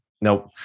nope